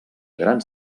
grans